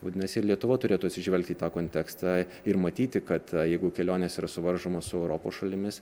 vadinasi lietuva turėtų atsižvelgti į tą kontekstą ir matyti kad jeigu kelionės yra suvaržomos europos šalimis